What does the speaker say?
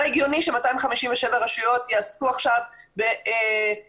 לא הגיוני ש-259 רשויות יעסקו עכשיו בקנייה